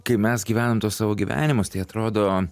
kai mes gyvenam tuo savo gyvenimus tai atrodo